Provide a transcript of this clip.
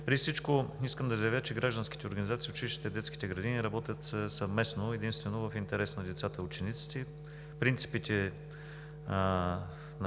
Преди всичко искам да заявя, че гражданските организации, училищата и детските градини работят съвместно и единствено в интерес на децата и учениците. Принципите, на